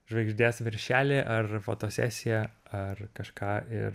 žvaigždės viršelį ar fotosesiją ar kažką ir